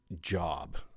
job